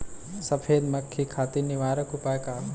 सफेद मक्खी खातिर निवारक उपाय का ह?